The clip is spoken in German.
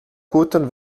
guten